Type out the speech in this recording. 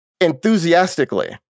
enthusiastically